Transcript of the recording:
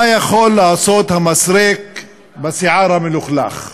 מה יכול לעשות המסרק בשיער המלוכלך?